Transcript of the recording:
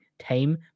tame